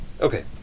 Okay